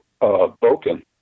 boken